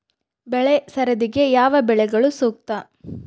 ಬೆಳೆ ಸರದಿಗೆ ಯಾವ ಬೆಳೆಗಳು ಸೂಕ್ತ?